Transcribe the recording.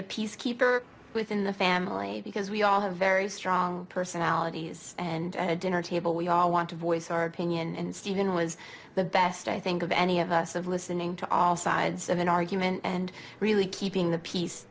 a peace keeper within the family because we all have very strong personalities and a dinner table we all want to voice our opinion and stephen was the best i think of any of us of listening to all sides of an argument and really keeping the peace